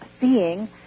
seeing